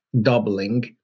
doubling